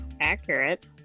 accurate